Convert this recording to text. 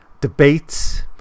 debates